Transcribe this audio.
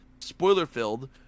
spoiler-filled